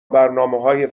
برنامههای